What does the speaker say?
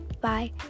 Bye